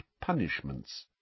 punishments